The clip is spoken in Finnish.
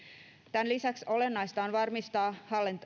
tämän lisäksi olennaista on varmistaa